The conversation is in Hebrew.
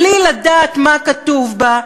בלי לדעת מה כתוב בה,